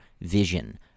vision